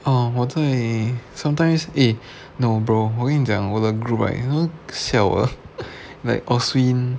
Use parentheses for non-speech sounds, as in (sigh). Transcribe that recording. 哦我在 sometimes eh no bro 我跟你讲我的 group right 他们笑我的 like (noise)